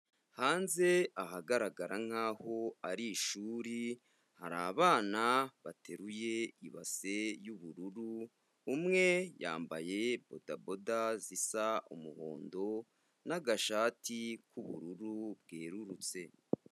Hanze ahagaragara nkaho ari ishuri, hari abana bateruye ibasi y'ubururu, umwe yambaye bodaboda zisa umuhondo n'agashati k'ubururu bwerurutse.